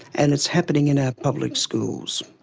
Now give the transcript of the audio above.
and it's happening in our public schools.